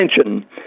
attention